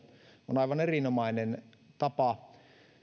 on aivan erinomainen tapa